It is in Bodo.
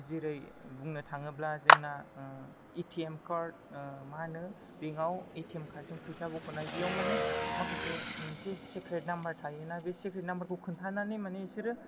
जेरै बुंनो थाङोब्ला जोंना ए टि एम कार्ड मा होनो बेंकआव एटिएम कार्डजों फैसा बख'नाय बेयाव माने माखासे मोनसे सेक्रेट नाम्बार थायो ना बे सेक्रेट नाम्बारखौ खिन्थानानै बिसोरो